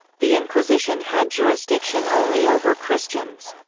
the inquisition had jurisdiction only over christians.